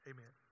Amen